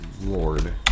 lord